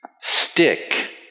stick